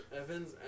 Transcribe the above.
Evans